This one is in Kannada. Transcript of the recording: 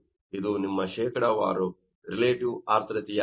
ಇದು ನಿಮ್ಮ ಶೇಕಡವಾರು ರಿಲೇಟಿವ್ ಆರ್ದ್ರತೆಯಾಗಿದೆ